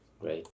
Great